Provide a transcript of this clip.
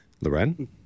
loren